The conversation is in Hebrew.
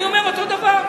אני אומר אותו דבר: